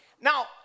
Now